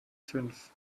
fünf